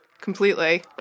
completely